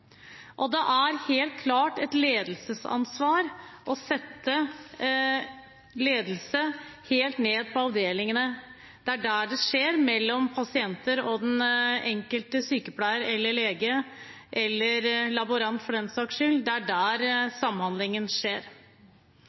gode. Det er helt klart et ledelsesansvar å sørge for god ledelse helt nede på avdelingsnivå. Det er der samhandlingen skjer, mellom pasienter og den enkelte sykepleier eller lege – eller laborant, for den saks skyld.